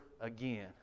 again